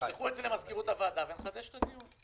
תשלחו את זה למזכירות הוועדה ונחדש את הדיון.